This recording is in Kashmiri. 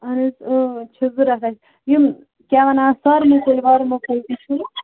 اہن حظ اۭں چھِ ضروٗرت اسہِ یِم کیاہ وَنان اَتھ سۄرمہٕ کُلۍ ورمہٕ کُلۍ تہِ چھِوٕ